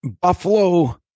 Buffalo